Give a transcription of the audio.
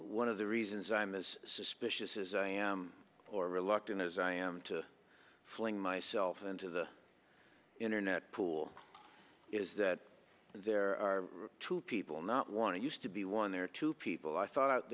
one of the reasons i'm as suspicious is i am or reluctant as i am to fling myself into the internet pool is that there are two people not want used to be one they're two people i thought